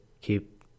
keep